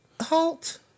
Halt